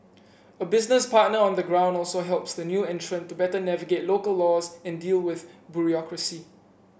a business partner on the ground also helps the new entrant to better navigate local laws and deal with bureaucracy